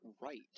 right